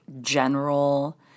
general